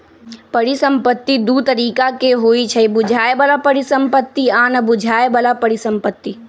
परिसंपत्ति दु तरिका के होइ छइ बुझाय बला परिसंपत्ति आ न बुझाए बला परिसंपत्ति